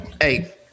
Hey